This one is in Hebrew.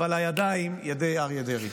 אבל הידיים ידי אריה דרעי.